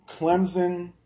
Clemson